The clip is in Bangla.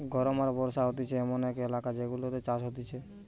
গরম আর বর্ষা হতিছে এমন যে এলাকা গুলাতে চাষ হতিছে